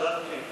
ועדת הפנים.